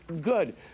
good